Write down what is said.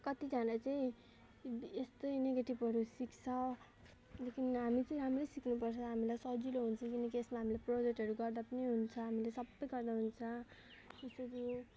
कतिजना चाहिँ यस्तै निगेटिभहरू सिक्छ लेकिन हामी चाहिँ राम्रै सिक्नुपर्छ हामीलाई सजिलो हुन्छ किनकि यसमा हामीले प्रजेक्टहरू गर्दा पनि हुन्छ हामीले सबै गर्दा हुन्छ जस्तै भयो